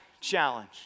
challenge